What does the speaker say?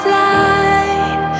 light